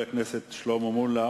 רבה לחבר הכנסת שלמה מולה.